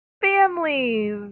families